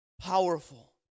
Powerful